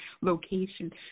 location